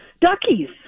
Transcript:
Duckie's